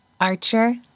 Archer